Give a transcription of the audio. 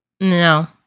No